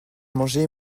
mangé